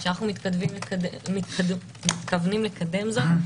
שאנחנו מתכוונים לקדם זאת.